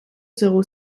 zéro